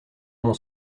mon